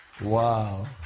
Wow